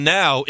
now